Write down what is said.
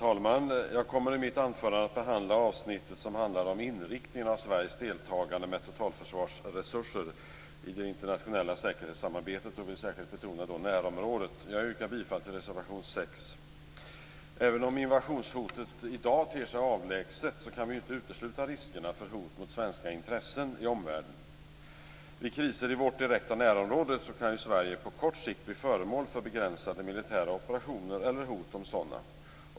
Herr talman! I mitt anförande kommer jag att behandla det avsnitt som handlar om inriktningen av Sveriges deltagande med totalförsvarsresurser i det internationella säkerhetssamarbetet, och jag vill särskilt betona närområdet. Jag yrkar bifall till reservation 6. Även om invasionshotet i dag ter sig avlägset kan vi inte utesluta riskerna för hot mot svenska intressen i omvärlden. Vid kriser i vårt direkta närområde kan Sverige på kort sikt bli föremål för begränsade militära operationer eller hot om sådana.